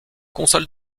console